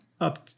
up